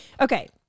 okay